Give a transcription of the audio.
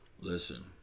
listen